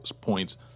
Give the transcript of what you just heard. points